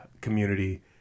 community